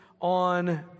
on